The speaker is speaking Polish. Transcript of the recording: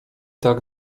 tak